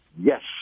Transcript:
yes